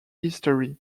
history